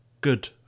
good